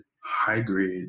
high-grade